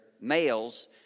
males